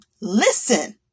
listen